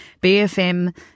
BFM